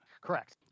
Correct